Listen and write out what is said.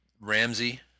Ramsey